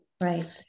Right